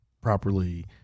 properly